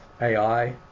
AI